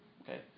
Okay